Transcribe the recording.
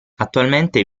attualmente